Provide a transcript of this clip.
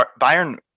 Bayern